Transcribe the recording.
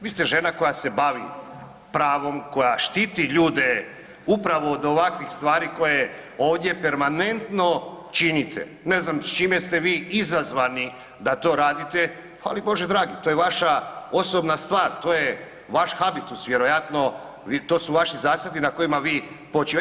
Vi ste žena koja se bavi pravom, koja štiti ljude upravo od ovakvih stvari koje ovdje permanentno činite, ne znam čime ste vi izazvani da to radite, ali Bože dragi, to je vaša osobna stvar, to je vaš habitus vjerojatno, to su vaši zasadi na kojima vi počivate.